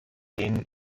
denen